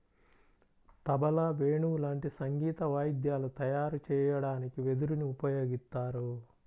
తబలా, వేణువు లాంటి సంగీత వాయిద్యాలు తయారు చెయ్యడానికి వెదురుని ఉపయోగిత్తారు